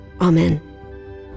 Amen